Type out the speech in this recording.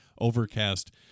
Overcast